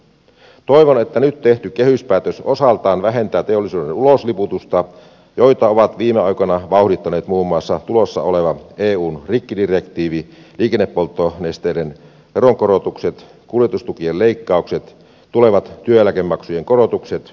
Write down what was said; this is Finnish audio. toivon että nyt tehty kehyspäätös osaltaan vähentää teollisuuden ulosliputusta jota ovat viime aikoina vauhdittaneet muun muassa tulossa oleva eun rikkidirektiivi liikennepolttonesteiden veronkorotukset kuljetustukien leikkaukset tulevat työeläkemaksujen korotukset ja niin edelleen